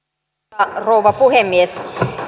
arvoisa rouva puhemies